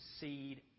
seed